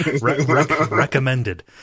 recommended